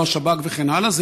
לא השב"כ וכן הלאה,